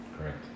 Correct